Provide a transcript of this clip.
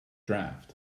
draft